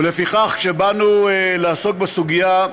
לפיכך כשבאנו לעסוק בסוגיה,